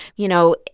you know,